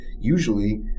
usually